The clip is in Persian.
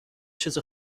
چیز